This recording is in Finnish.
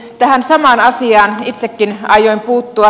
tähän samaan asiaan itsekin aioin puuttua